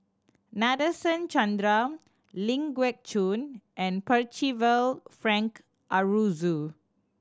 Nadasen Chandra Ling Geok Choon and Percival Frank Aroozoo